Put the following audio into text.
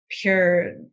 pure